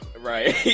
right